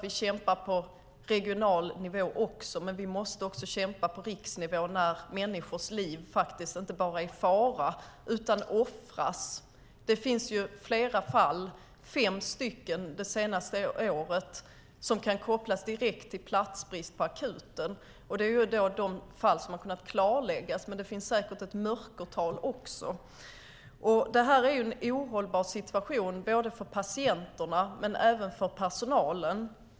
Vi kämpar även på regional nivå, men vi måste också kämpa på riksnivå när människors liv inte bara är i fara utan offras. Det finns flera fall, fem det senaste året, som direkt kan kopplas till platsbrist på akuten. Det är de fall som har klarlagts, men det finns säkert också ett mörkertal. Det här är en ohållbar situation för patienterna och för personalen.